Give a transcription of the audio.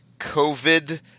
covid